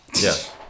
yes